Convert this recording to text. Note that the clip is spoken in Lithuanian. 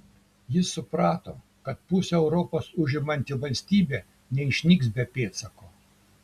jis suprato kad pusę europos užimanti valstybė neišnyks be pėdsako